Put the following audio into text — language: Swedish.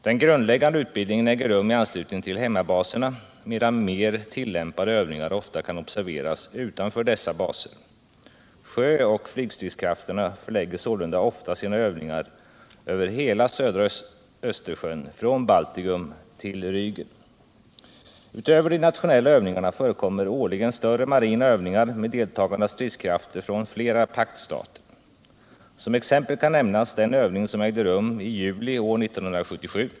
Den grundläggande utbildningen äger rum i anslutning till hemmabaserna, medan mer tillämpade övningar ofta kan observeras utanför dessa baser. Sjöoch fygstridskrafterna förlägger sålunda ofta sina övningar över hela södra Östersjön från Baltikum till Rägen. Utöver de nationella övningarna förekommer årligen större marina övningar med deltagande stridskrafter från flera paktstater. Som exempel kan nämnas den övning som ägde rum i juli år 1977.